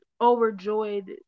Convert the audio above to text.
overjoyed